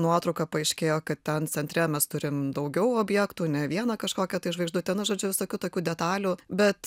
nuotrauką paaiškėjo kad ten centre mes turim daugiau objektų ne vieną kažkokią tai žvaigždutę nu žodžiu visokių tokių detalių bet